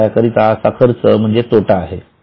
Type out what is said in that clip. व्यवसायाकरिता असा खर्च म्हणजे तोटा आहे